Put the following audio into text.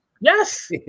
Yes